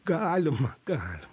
galima galima